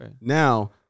Now